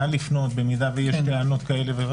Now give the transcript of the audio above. נא לפנות אם יש טענות.